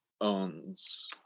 owns